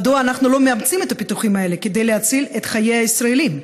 מדוע אנחנו לא מאמצים את הפיתוחים האלה כדי להציל את חיי הישראלים?